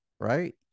right